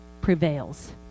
prevails